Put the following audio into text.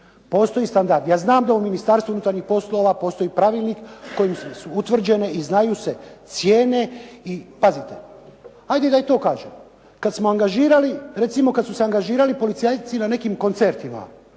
Postoji standard. Ja znam da u Ministarstvu unutarnjih poslova postoji pravilnik kojim su utvrđene i znaju se cijene. Pazite, hajde da i to kažem. Kad smo angažirali, recimo kad su se angažirali policajci na nekim koncertima